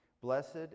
Blessed